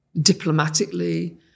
diplomatically